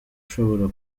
ushobora